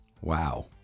Wow